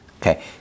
okay